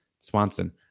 Swanson